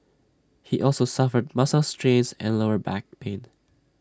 he also suffered muscle strains and lower back pain